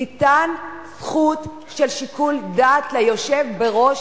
ניתנה זכות של שיקול דעת ליושב בראש